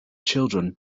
children